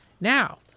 Now